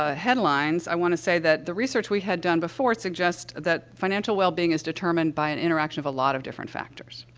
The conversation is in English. ah headlines, i want to say that the research we had done before suggests that financial wellbeing is determined by an interaction of a lot of different factors.